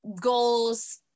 goals